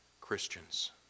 Christians